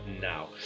now